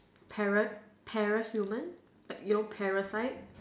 para para human like you know parasite